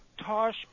Tosh